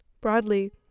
Broadly